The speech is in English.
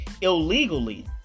illegally